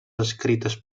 escrites